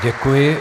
Děkuji.